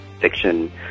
fiction